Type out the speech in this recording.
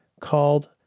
called